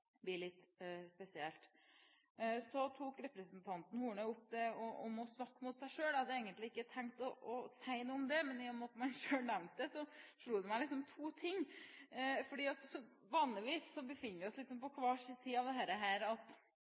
litt spesielt. Så tok representanten Horne opp det om å snakke mot seg selv. Jeg hadde egentlig ikke tenkt å si noe om det, men i og med at hun selv nevnte det, slo to ting meg. Vanligvis befinner vi oss på hver vår side her. Når man diskuterer valgfrihet, er det